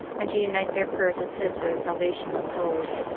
and to unite their prayers with his for the salvation of souls.